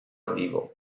arrivo